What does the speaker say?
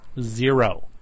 Zero